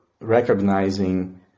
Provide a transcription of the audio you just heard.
recognizing